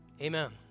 Amen